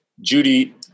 judy